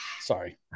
sorry